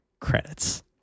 credits